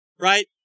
right